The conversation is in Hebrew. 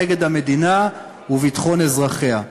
נגד המדינה וביטחון אזרחיה.